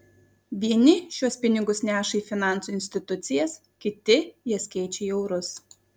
vieni šiuos pinigus neša į finansų institucijas kiti jas keičia į eurus